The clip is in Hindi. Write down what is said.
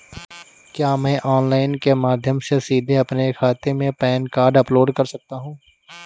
क्या मैं ऑनलाइन के माध्यम से सीधे अपने खाते में पैन कार्ड अपलोड कर सकता हूँ?